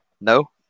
No